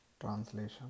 translation